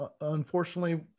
Unfortunately